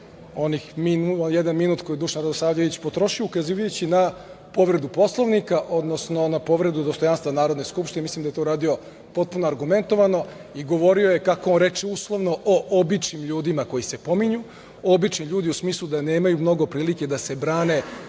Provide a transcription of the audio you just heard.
onih jedan minut koji je Dušan Radosavljević potrošio ukazivajući na povredu Poslovnika, odnosno na povredu dostojanstva Narodne skupštine. Mislim da je to uradio potpuno argumentovao i govorio je kako on reče, uslovno o običnim ljudima koji se pominju, obični ljudi u smislu da nemaju mnogo prilike da se brane